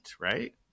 right